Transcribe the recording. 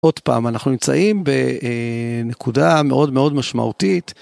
עוד פעם, אנחנו נמצאים בנקודה מאוד מאוד משמעותית.